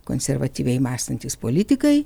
konservatyviai mąstantys politikai